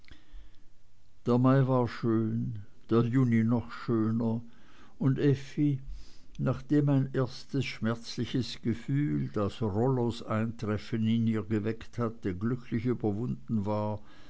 der mai war schön der juni noch schöner und effi nachdem ein erstes schmerzliches gefühl das rollos eintreffen in ihr geweckt hatte glücklich überwunden war